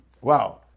wow